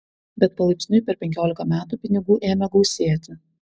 bet palaipsniui per penkiolika metų pinigų ėmė gausėti